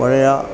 പഴയ